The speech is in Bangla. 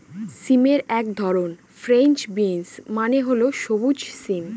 সিমের এক ধরন ফ্রেঞ্চ বিনস মানে হল সবুজ সিম